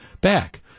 back